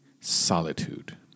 solitude